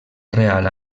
real